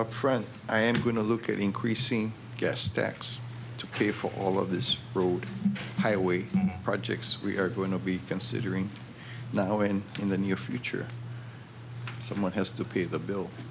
up front i am going to look at increasing gas tax to pay for all of this road highway projects we are going to be considering now and in the near future someone has to pay the